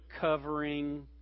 covering